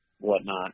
whatnot